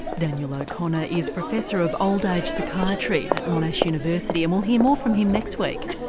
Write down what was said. daniel o'connor is professor of old age psychiatry at monash university and we'll hear more from him next week.